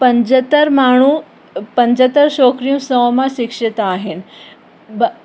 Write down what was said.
पंजहतर माण्हू पंजहतर छोकिरियूं सौ मां शिक्षित आहिनि ॿ